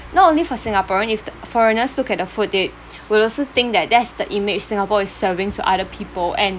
not only for singaporean if the foreigners look at the food they will also think that that's the image singapore is serving to other people and